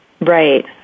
Right